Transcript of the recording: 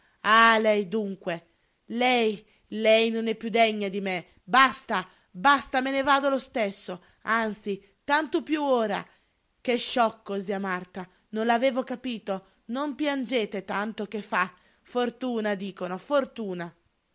lei dunque lei lei non è piú degna di me basta basta me ne vado lo stesso anzi tanto piú ora che sciocco zia marta non l'avevo capito non piangete tanto che fa fortuna dicono fortuna